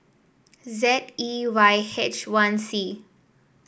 Z E Y H one C